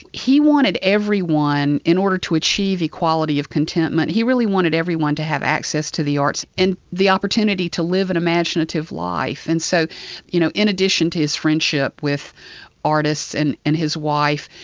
he wanted everyone, in order to achieve equality of contentment, he really wanted everyone to have access to the arts and the opportunity to live an imaginative life. and so you know in addition to his friendship with artists and his wife,